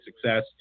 success